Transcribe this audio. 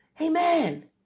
Amen